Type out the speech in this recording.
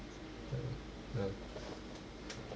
ah